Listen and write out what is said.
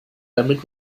damit